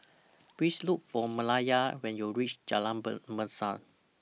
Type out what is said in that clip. Please Look For Malaya when YOU REACH Jalan Mesra